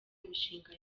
imishinga